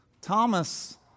Thomas